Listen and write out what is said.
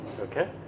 Okay